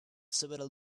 several